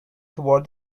toward